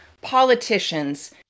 politicians